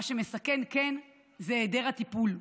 מה שכן מסכן זה היעדר הטיפול.